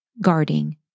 guarding